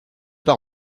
par